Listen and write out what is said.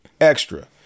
Extra